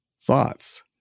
thoughts